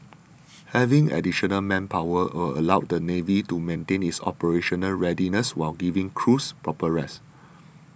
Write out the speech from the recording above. having additional manpower will allow the navy to maintain its operational readiness while giving crews proper rest